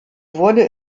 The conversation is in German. wurde